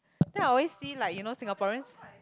then I always see like you know Singaporeans